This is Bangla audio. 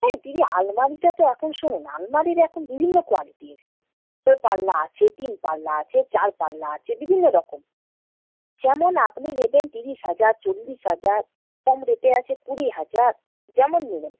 হ্যাঁ দিদি আলমারিটা তো এখন শুনুন আলমারির এখন বিভিন্ন কোয়ালিটির পাল্লা আছে তিন পাল্লা আছে চার পাল্লা আছে বিভিন্ন রকম যেমন আপনি নেবেন ত্রিশ হাজার চল্লিশ হাজার কম রেটে আছে কুড়ি হাজার যেমন নেবেন